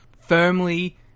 firmly